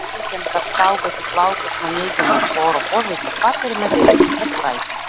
siekiant apsaugoti plaukus nuo neigiamo chloro poveikio patariama dėvėti kepuraitę